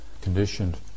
conditioned